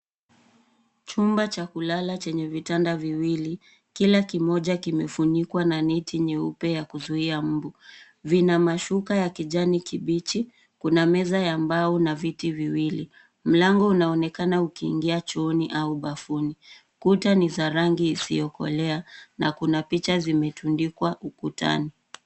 Chumba cha kulala chenye vitanda viwili, kila kimoja kimefunikwa na neti nyeupe ya kuzuia mbu. Vina mashuka ya kijani kibichi, kuna meza ya mbao na viti viwili, mlango unaonekana ukiingia chooni au bafuni. Kuta ni za rangi isiokolea na kunapicha zilizotundikwa ukutani.